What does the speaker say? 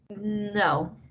no